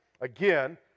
Again